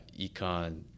econ